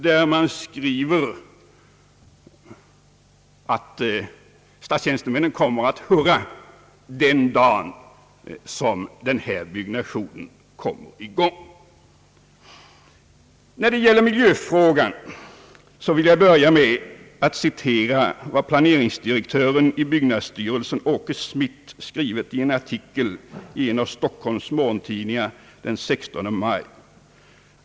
Där skriver man att statstjänstemännen kommer att hurra den dag som den här byggnationen kommer i gång. I miljöfrågan vill jag börja med att citera vad planeringsdirektör Åke Smith i byggnadsstyrelsen har skrivit i en artikel i en av Stockholms morgontidningar den 16 maj.